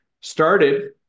started